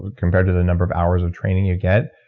compared to the number of hours of training you get,